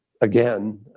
again